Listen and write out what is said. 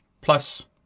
plus